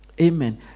Amen